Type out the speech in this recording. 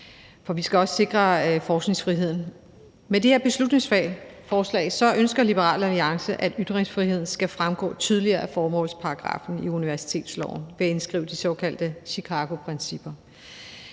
For vi skal også sikre forskningsfriheden. Med det her beslutningsforslag ønsker Liberal Alliance, at ytringsfriheden skal fremgå tydeligere af formålsparagraffen i universitetsloven ved at indskrive de såkaldte Chicagoprincipper.